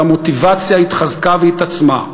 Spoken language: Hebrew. אבל המוטיבציה התחזקה והתעצמה.